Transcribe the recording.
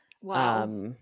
Wow